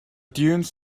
dunes